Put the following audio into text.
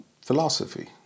philosophy